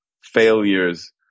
failures